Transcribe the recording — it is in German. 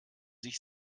sich